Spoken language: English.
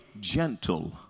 gentle